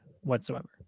whatsoever